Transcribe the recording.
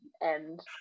and-